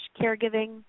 caregiving